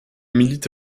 milite